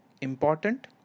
important